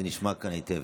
זה נשמע כאן היטב.